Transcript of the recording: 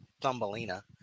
thumbelina